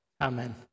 Amen